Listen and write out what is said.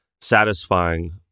satisfying